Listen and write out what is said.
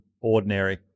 ordinary